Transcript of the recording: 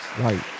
Right